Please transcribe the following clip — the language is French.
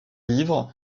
livres